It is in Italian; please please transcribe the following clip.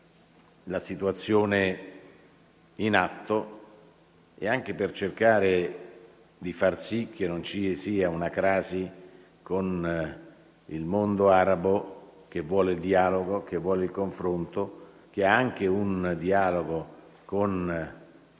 la situazione in atto e anche per cercare di far sì che non ci sia una crasi con il mondo arabo che vuole il dialogo, che vuole il confronto, che ha anche un dialogo con